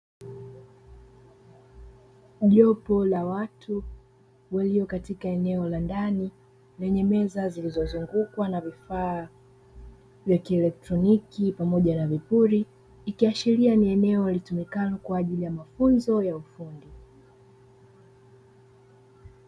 Jopo la watu walio katika eneo la ndani , leye meza zilizozungukwa na vifaa vya kieletroniki pamoja na mihuri, ikiashiria ni eneo litumikalo kwa ajili ya mafunzo ya ufundi.